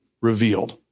revealed